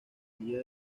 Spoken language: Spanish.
día